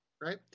right